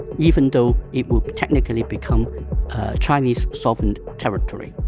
even though it would technically become chinese sovereign territory.